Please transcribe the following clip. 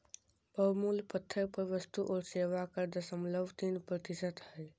बहुमूल्य पत्थर पर वस्तु और सेवा कर दशमलव तीन प्रतिशत हय